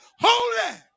holy